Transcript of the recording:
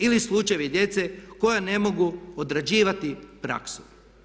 Ili slučajevi djece koja ne mogu odrađivati praksu.